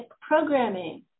programming